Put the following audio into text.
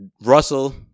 Russell